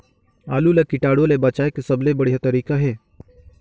आलू ला कीटाणु ले बचाय के सबले बढ़िया तारीक हे?